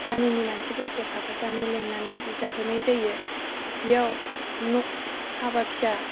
गामिनि मानसिफोरखौ साफा सानै लेंनानै जाहोनाय जायो बेयाव हाबा फिसा